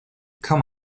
come